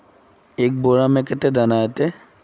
एक बोड़ा में कते दाना ऐते?